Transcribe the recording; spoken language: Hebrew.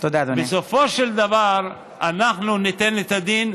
בסופו של דבר אנחנו ניתן את הדין,